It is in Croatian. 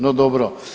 No dobro.